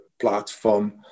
platform